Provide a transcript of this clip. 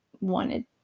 wanted